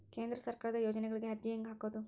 ಕೇಂದ್ರ ಸರ್ಕಾರದ ಯೋಜನೆಗಳಿಗೆ ಅರ್ಜಿ ಹೆಂಗೆ ಹಾಕೋದು?